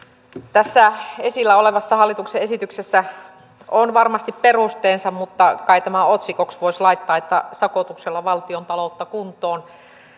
tässä esillä olevassa hallituksen esityksessä on varmasti perusteensa mutta kai tämän otsikoksi voisi laittaa sakotuksella valtiontaloutta kuntoon